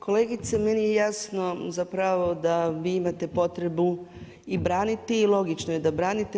Kolegice meni je jasno zapravo da vi imate potrebu braniti i logično je da branite.